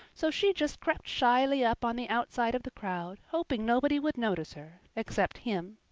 so she just crept shyly up on the outside of the crowd, hoping nobody would notice her except him.